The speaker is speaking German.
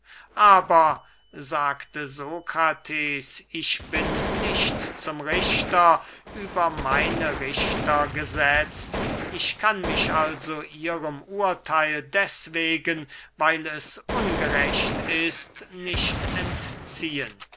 aber sagte sokrates ich bin nicht zum richter über meine richter gesetzt ich kann mich also ihrem urtheil deswegen weil es ungerecht ist nicht entziehen